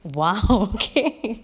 !wow! okay